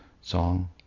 song